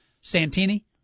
Santini